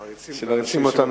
מעריצים,